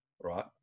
right